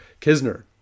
Kisner